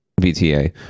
VTA